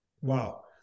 Wow